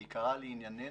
שעיקרה לענייננו: